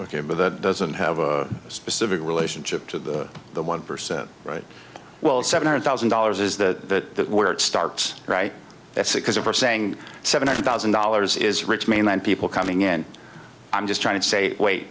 ok but that doesn't have a specific relationship to the one percent well seven hundred thousand dollars is that where it starts right that's because of her saying seven hundred thousand dollars is rich mainland people coming in i'm just trying to say wait